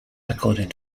according